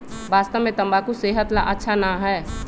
वास्तव में तंबाकू सेहत ला अच्छा ना है